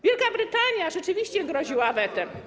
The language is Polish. Wielka Brytania rzeczywiście groziła wetem.